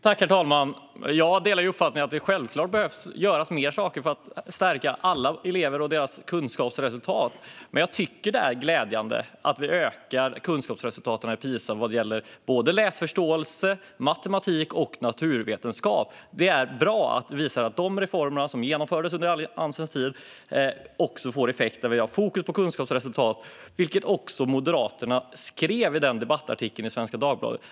Herr talman! Jag delar uppfattningen att mer självklart behöver göras för att stärka alla elever och deras kunskapsresultat. Men jag tycker att det är glädjande att vi ökar kunskapsresultaten i PISA när det gäller läsförståelse, matematik och naturvetenskap. Det är bra att vi visar att de reformer som genomfördes under Alliansens tid får effekter. Vi har fokus på kunskapsresultat, vilket Moderaterna också skrev i debattartikeln i Svenska Dagbladet.